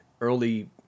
early